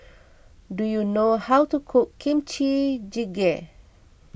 do you know how to cook Kimchi Jjigae